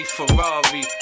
Ferrari